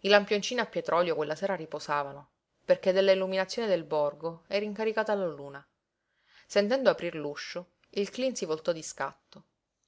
i lampioncini a petrolio quella sera riposavano perché della illuminazione del borgo era incaricata la luna sentendo aprir l'uscio il cleen si voltò di scatto